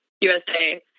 USA